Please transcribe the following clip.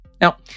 Now